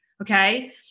Okay